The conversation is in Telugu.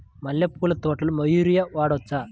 మల్లె పూల తోటలో యూరియా వాడవచ్చా?